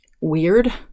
weird